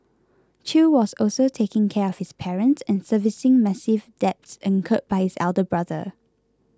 chew was also taking care of his parents and servicing massive debts incurred by his elder brother